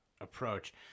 approach